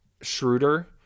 schroeder